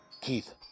Keith